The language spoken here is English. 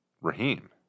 Raheem